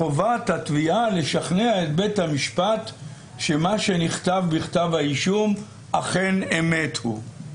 חובתה לשכנע את בית המשפט שמה שנכתב בכתב האישום אכן אמת הוא.